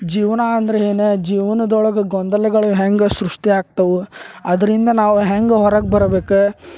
ಜೀವನ ಅಂದ್ರೆ ಏನು ಜೀವ್ನೊದೊಳಗೆ ಗೊಂದಲಗಳು ಹೆಂಗೆ ಸೃಷ್ಟಿ ಆಗ್ತವು ಅದರಿಂದ ನಾವು ಹೆಂಗೆ ಹೊರಗೆ ಬರ್ಬೇಕು